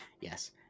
Yes